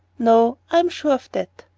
no, i am sure of that.